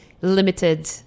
limited